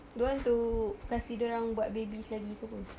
don't want to kasi dia orang buat babies lagi ke apa